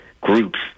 groups